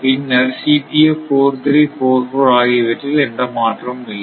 பின்னர் ஆகியவற்றில் எந்த மாற்றமும் இல்லை